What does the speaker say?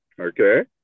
Okay